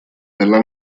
della